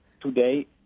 today